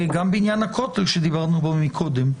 גם בעניין הכותל שדיברנו עליו קודם.